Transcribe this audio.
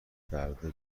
فردا